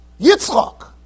Yitzchak